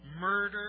murder